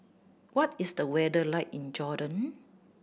what is the weather like in Jordan